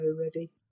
ready